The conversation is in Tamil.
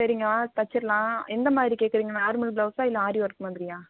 சரிங்கம்மா தச்சுர்லாம் எந்த மாதிரி கேட்குறீங்க நார்மல் ப்ளவுஸா இல்லை ஆரி ஒர்க்கா மாதிரியா